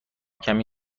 کمی